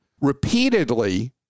repeatedly